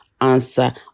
answer